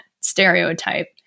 stereotype